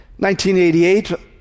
1988